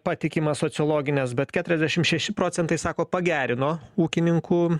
patikimas sociologines bet keturiasdešim šeši procentai sako pagerino ūkininkų